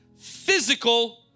physical